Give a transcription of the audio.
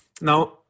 Now